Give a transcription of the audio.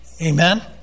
Amen